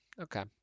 okay